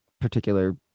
particular